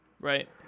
Right